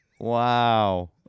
Wow